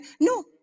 No